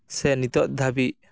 ᱥᱮ ᱱᱤᱛᱚᱜ ᱫᱷᱟᱹᱵᱤᱡ